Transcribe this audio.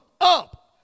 up